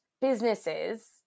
businesses